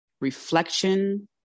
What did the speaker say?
Reflection